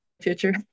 future